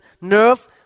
nerve